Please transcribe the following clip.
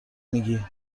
میگی